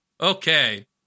Okay